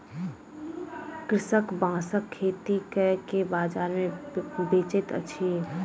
कृषक बांसक खेती कय के बाजार मे बेचैत अछि